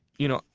you know,